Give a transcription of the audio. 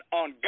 on